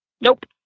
Nope